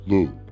Look